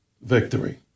victory